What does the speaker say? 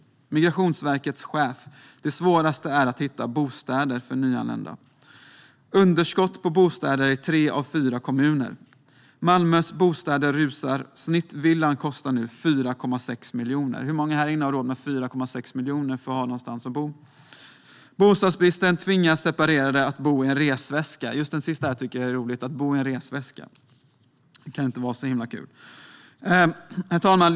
Och Migrationsverkets chef säger att det svåraste är att hitta bostäder för nyanlända. Underskott på bostäder i tre av fyra kommuner! Malmös bostadspriser rusar - snittvillan kostar nu 4,6 miljoner! Hur många här inne har råd med 4,6 miljoner för att ha någonstans att bo? Bostadsbrist tvingar separerade att bo i en resväska! Just det sista här om att bo i en resväska tycker jag är roligt. Men det kan inte vara så himla kul. Herr talman!